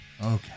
Okay